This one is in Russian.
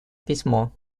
письмо